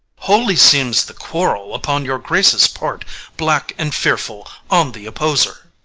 holy seems the quarrel upon your grace's part black and fearful on the opposer.